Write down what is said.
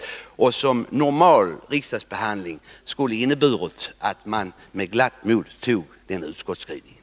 Normalt skulle det i riksdagsbehandlingen ha inneburit att man med glatt mod accepterat utskottsskrivningen.